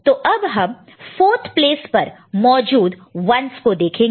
तो अब हम 4th प्लेस पर मौजूद 1's को देखेंगे